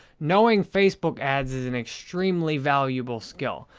knowing facebook ads is an extremely valuable skill,